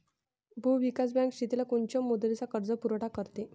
भूविकास बँक शेतीला कोनच्या मुदतीचा कर्जपुरवठा करते?